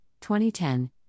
2010